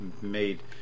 made